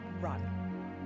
run